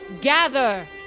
gather